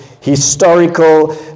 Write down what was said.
historical